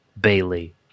Bailey